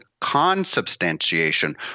consubstantiation